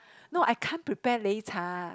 no I can't prepare 擂茶